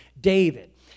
David